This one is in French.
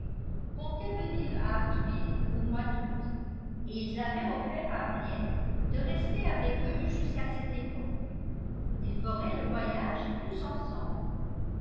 comptaient venir à hartfield au mois d'août et ils avaient offert à henriette de rester avec eux jusqu'à cette époque ils feraient le voyage tous ensemble